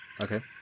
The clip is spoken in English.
Okay